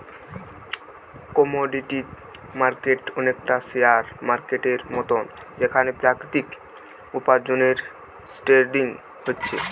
commodity market অনেকটা share মার্কেটের মতন যেখানে প্রাকৃতিক উপার্জনের ট্রেডিং হচ্ছে